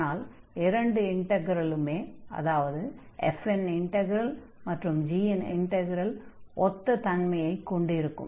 அதனால் இரண்டு இன்டக்ரலுமே அதாவது f இன் இன்டக்ரல் மற்றும் g இன் இன்டக்ரலும் ஒத்த தன்மையைக் கொண்டிருக்கும்